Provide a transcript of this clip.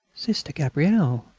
sister gabrielle.